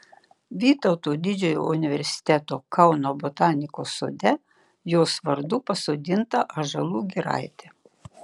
vytauto didžiojo universiteto kauno botanikos sode jos vardu pasodinta ąžuolų giraitė